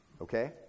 Okay